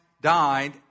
died